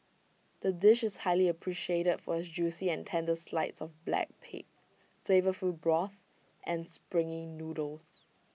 the dish is highly appreciated for its juicy and tender slides of black pig flavourful broth and springy noodles